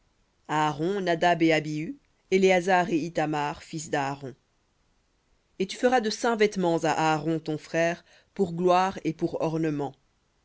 aaron nadab et abihu éléazar et ithamar fils daaron et tu feras de saints vêtements à aaron ton frère pour gloire et pour ornement